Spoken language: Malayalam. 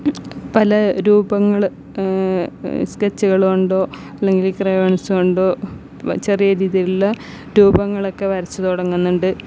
പല രൂപങ്ങൾ സ്കെച്ചുകൾ കൊണ്ടോ അല്ലെങ്കിലീ ക്രയോൺസ് കൊണ്ടോ ചെറിയ രീതിയിലുള്ള രൂപങ്ങളൊക്കെ വരച്ചു തുടങ്ങുന്നുണ്ട്